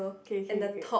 K K great